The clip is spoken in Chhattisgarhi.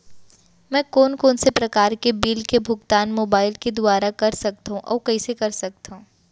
मैं कोन कोन से प्रकार के बिल के भुगतान मोबाईल के दुवारा कर सकथव अऊ कइसे कर सकथव?